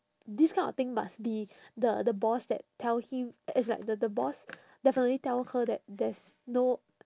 this kind of thing must be the the boss that tell him it's like the the boss definitely tell her that there's no